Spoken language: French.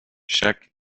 chaque